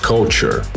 Culture